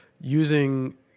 using